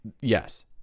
Yes